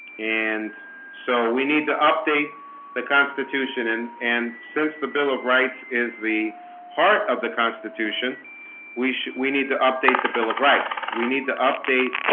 and so we need to update the constitution and and since the bill of rights is the part of the constitution we should we need to update the bill of rights we need to update